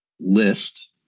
list